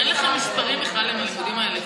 אין לך מספרים בכלל, אם הלימודים האלה אפקטיביים.